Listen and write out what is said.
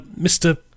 Mr